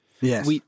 Yes